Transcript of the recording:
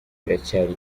iracyari